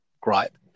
gripe